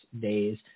days